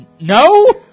No